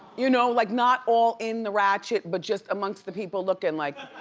you know, like not all in the ratchet but just amongst the people looking like.